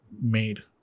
made